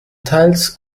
teils